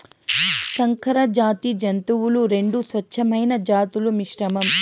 సంకరజాతి జంతువులు రెండు స్వచ్ఛమైన జాతుల మిశ్రమం